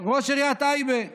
של ראש עיריית טייבה,